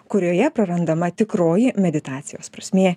kurioje prarandama tikroji meditacijos prasmė